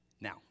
now